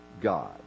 God